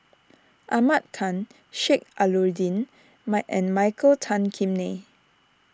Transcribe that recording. Ahmad Khan Sheik Alau'ddin my and Michael Tan Kim Nei